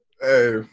Hey